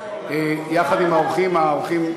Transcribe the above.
יחד עם האורחים,